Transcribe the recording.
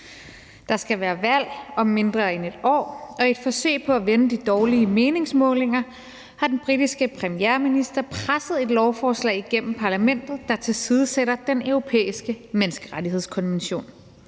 Der skal være valg om mindre end 1 år, og i et forsøg på at vende de dårlige meningsmålinger har den britiske premierminister presset et lovforslag igennem parlamentet, der tilsidesætter den europæiske menneskerettighedskonvention